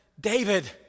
David